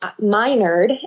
minored